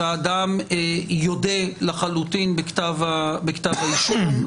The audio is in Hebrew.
שהאדם יודה לחלוטין בכתב האישום,